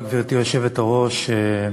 גברתי היושבת-ראש,